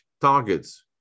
targets